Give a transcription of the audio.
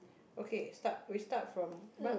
okay start we start from